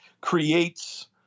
creates